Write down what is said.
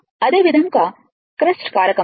అదేవిధంగా క్రెస్ట్ కారకం